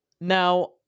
Now